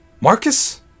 Marcus